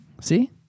See